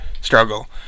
struggle